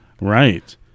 Right